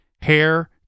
hair